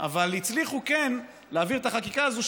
אבל הצליחו כן להעביר את החקיקה הזאת,